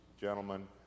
gentlemen